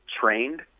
trained